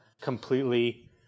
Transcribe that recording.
completely